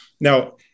Now